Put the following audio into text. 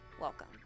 welcome